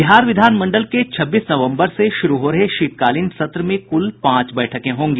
बिहार विधान मंडल के छब्बीस नवम्बर से शुरू हो रहे शीतकालीन सत्र में कुल पांच बैठकें होगी